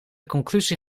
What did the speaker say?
conclusie